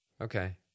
Okay